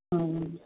ہاں